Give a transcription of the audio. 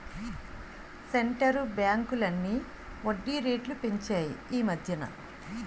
centre బ్యాంకులన్నీ వడ్డీ రేట్లు పెంచాయి ఈమధ్యన